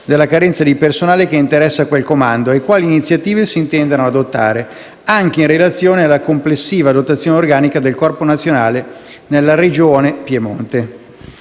della carenza di personale che interessa quel comando e quali iniziative si intendano adottare, anche in relazione alla complessiva dotazione organica del Corpo nazionale nella regione Piemonte.